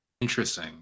Interesting